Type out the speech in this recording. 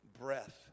breath